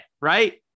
right